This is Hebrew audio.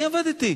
אני עבדתי.